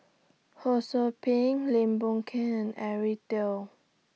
Ho SOU Ping Lim Boon Keng and Eric Teo